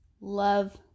love